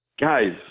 Guys